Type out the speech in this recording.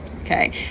Okay